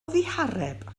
ddihareb